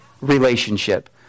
relationship